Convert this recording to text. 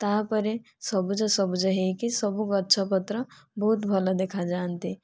ତାପରେ ସବୁଜ ସବୁଜ ହୋଇକି ସବୁ ଗଛ ପତ୍ର ବହୁତ ଭଲ ଦେଖାଯାନ୍ତି